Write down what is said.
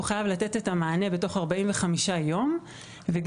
הוא חייב לתת את המענה בתוך 45 ימים וגם